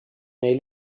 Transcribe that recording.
nei